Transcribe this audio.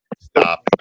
stop